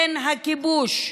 כן, הכיבוש,